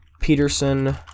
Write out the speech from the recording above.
Peterson